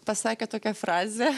pasakė tokią frazę